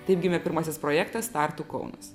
taip gimė pirmasis projektas tartu kaunas